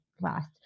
last